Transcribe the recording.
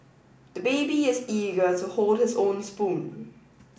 the baby is eager to hold his own spoon